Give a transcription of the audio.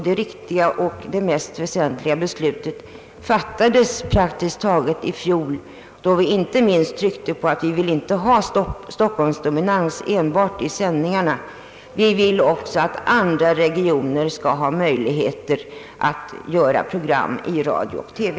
Det viktiga och mest väsentliga beslutet fattades i fjol, då vi inte minst underströk att vi inte vill ha enbart stockholmsdominans i sändningarna. Vi vill att också andra regioner skall ha möjligheter att göra program i radio och TV.